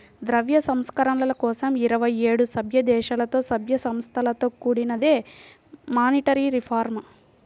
ద్రవ్య సంస్కరణల కోసం ఇరవై ఏడు సభ్యదేశాలలో, సభ్య సంస్థలతో కూడినదే మానిటరీ రిఫార్మ్